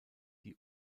die